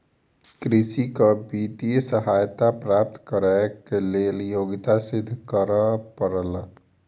कृषक के वित्तीय सहायता प्राप्त करैक लेल योग्यता सिद्ध करअ पड़ल